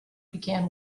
began